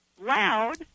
loud